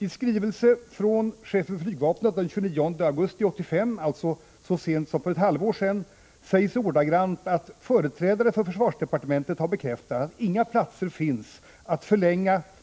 I en skrivelse från chefen för flygvapnet den 29 augusti 1985 — dvs. så sent som för ett halvår sedan — sägs ordagrant: ”Företrädare för försvarsdepartementet har bekräftat att inga